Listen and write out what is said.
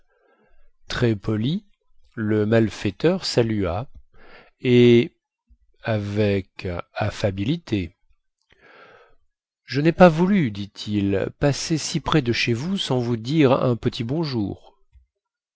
très poli le malfaiteur salua et avec affabilité je nai pas voulu dit-il passer si près de chez vous sans vous dire un petit bonjour